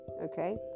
Okay